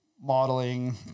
modeling